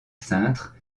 cintre